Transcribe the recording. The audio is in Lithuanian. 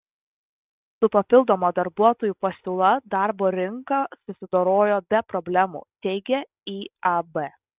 su papildoma darbuotojų pasiūla darbo rinka susidorojo be problemų teigia iab